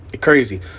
crazy